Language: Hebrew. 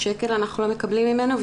אנחנו לא מקבלים ממנה שקל,